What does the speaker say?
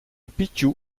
picchu